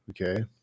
okay